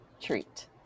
treat